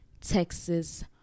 Texas